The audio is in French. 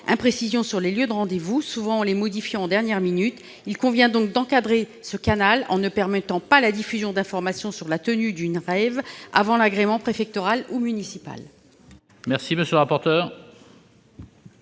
imprécision sur le lieu de rendez-vous, souvent en le modifiant à la dernière minute. Il convient donc d'encadrer ce canal, en ne permettant pas la diffusion d'informations sur la tenue d'une rave avant l'agrément préfectoral ou municipal.